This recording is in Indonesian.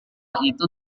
itu